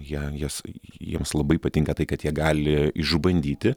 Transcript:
ją jas jiems labai patinka tai kad jie gali išbandyti